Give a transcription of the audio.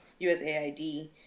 USAID